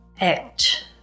act